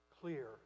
clear